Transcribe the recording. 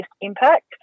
impact